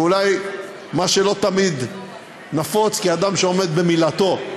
ואולי מה שלא תמיד נפוץ, כאדם שעומד במילתו.